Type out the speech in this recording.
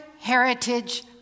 Heritage